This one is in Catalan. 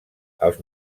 als